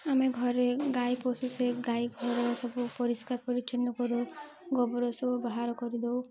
ଆମେ ଘରେ ଗାଈ ପଶୁ ସେ ଗାଈ ଘର ସବୁ ପରିଷ୍କାର ପରିଚ୍ଛନ୍ନ କରୁ ଗୋବର ସବୁ ବାହାର କରିଦଉ